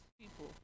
people